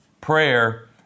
Prayer